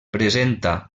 presenta